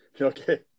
Okay